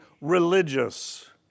religious